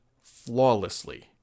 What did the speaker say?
flawlessly